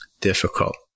difficult